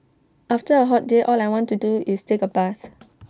after A hot day all I want to do is take A bath